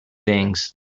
things